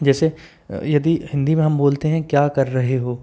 जैसे यदि हिन्दी में हम बोलते हैं क्या कर रहे हो